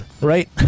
right